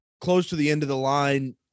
close-to-the-end-of-the-line